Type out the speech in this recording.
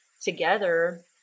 together